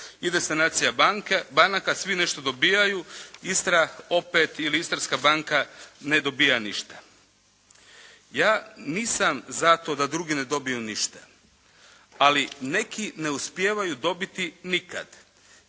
Ide sanacija banaka, svi nešto dobivaju. Istra opet ili Istarska banka ne dobija ništa. Ja nisam za to da drugi ne dobiju ništa ali neki ne uspijevaju dobiti nikad.